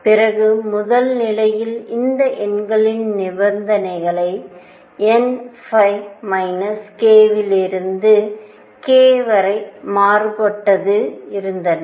பிறகு முதல் நிலையில் இந்த எண்களின் நிபந்தனைகள் n K லிருந்து k வரை மாறுபட்டது இருந்தன